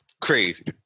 crazy